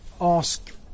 ask